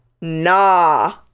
Nah